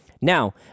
Now